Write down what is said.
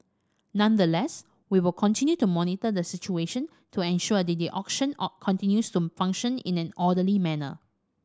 nonetheless we will continue to monitor the situation to ensure that the auction continues to function in an orderly manner